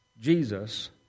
Jesus